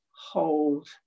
hold